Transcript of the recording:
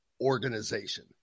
organization